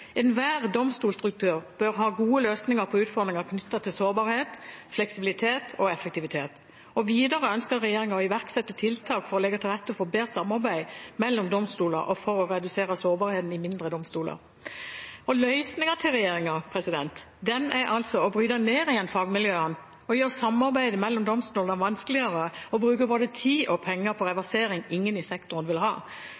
domstolstruktur bør ha gode løsninger på utfordringer knyttet til sårbarhet, fleksibilitet og effektivitet.» Videre ønsker regjeringen «å iverksette tiltak for å legge til rette for bedre samarbeid mellom domstoler og for å redusere sårbarheten i mindre domstoler.» Løsningen til regjeringen er altså å bryte ned igjen fagmiljøene og gjøre samarbeidet mellom domstolene vanskeligere og bruke både tid og penger på